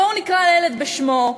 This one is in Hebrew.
בואו נקרא לילד בשמו,